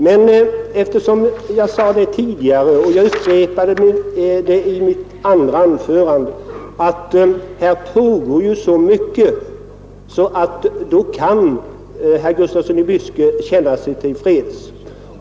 Men som jag sade tidigare och som jag upprepade i mitt andra anförande pågår här så mycket att herr Gustafsson i Byske kan känna sig till freds.